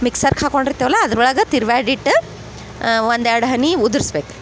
ಮಿಕ್ಸರ್ಕ ಹಾಕೊಂಡು ಇರ್ತೆವಲ್ಲ ಅದ್ರ ಒಳಗೆ ತಿರ್ವ್ಯಾಡಿ ಇಟ್ಟು ಒಂದು ಎರಡು ಹನಿ ಉದ್ರಸ್ಬೇಕು